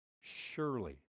surely